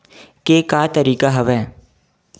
के का तरीका हवय?